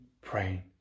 praying